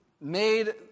made